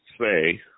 say